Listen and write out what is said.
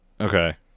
Okay